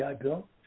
Bill